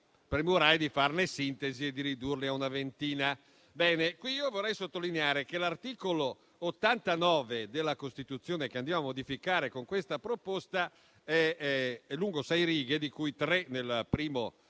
premurai di farne sintesi, riducendoli a una ventina. Qui io vorrei sottolineare che l'articolo 89 della Costituzione, che andiamo a modificare con questa proposta, è lungo sei righe, di cui tre nel primo